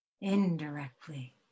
indirectly